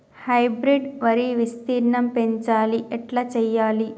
Hybrid వరి విస్తీర్ణం పెంచాలి ఎట్ల చెయ్యాలి?